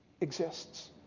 exists